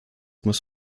muss